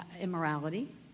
immorality